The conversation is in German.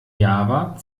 java